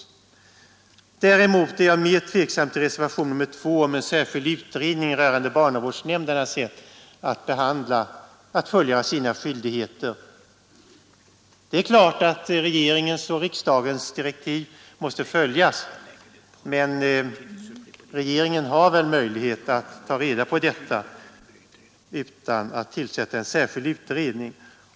ENE Däremot är jag mera tveksam till reservationen 2 om en särskild det möjligt att ungdomarna måste offras, om inte de sociala myndigheterna ingriper mer eller mindre tvångsvis i de fall frivillighet inte kan utredning rörande barnavårdsnämndernas sätt att fullgöra sina skyldigheter. Självfallet måste regeringens och riksdagens direktiv följas, men regeringen har väl möjlighet att inhämta dessa uppgifter utan att tillsätta en särskild utredning.